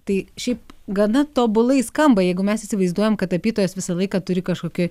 tai šiaip gana tobulai skamba jeigu mes įsivaizduojam kad tapytojas visą laiką turi kažkokį